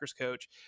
coach